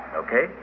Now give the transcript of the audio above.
okay